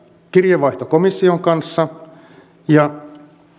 kirjeenvaihto komission kanssa ja